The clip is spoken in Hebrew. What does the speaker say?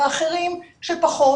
ואחרים שפחות.